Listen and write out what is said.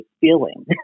feeling